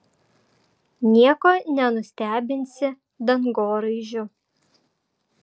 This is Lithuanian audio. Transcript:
nieko nenustebinsi dangoraižiu